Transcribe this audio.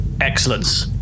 excellence